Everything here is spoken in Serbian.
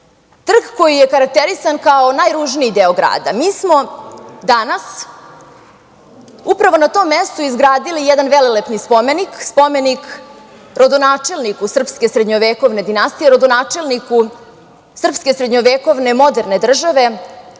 trg koji je karakterisan kao najružniji deo grada. Mi smo danas upravo na tom mestu izgradili jedan velelepni spomenik, spomenik rodonačelniku srpske srednjevekovne dinastije, rodonačelniku srpske srednjevekovne moderne države,